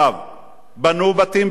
בנו בתים בבית-אורן,